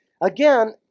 Again